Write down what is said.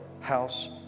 house